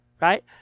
right